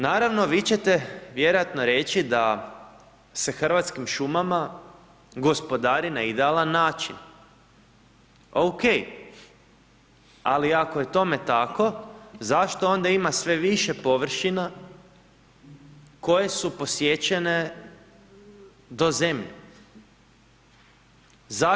Naravno vi ćete vjerojatno reći da se Hrvatskim šumama gospodari na idealan način, OK, ali ako je tome tako zašto onda ima sve više površina koje su posjećene do zemlje.